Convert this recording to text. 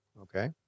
Okay